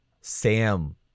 Sam